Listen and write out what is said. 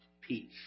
peace